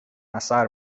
اثر